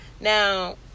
now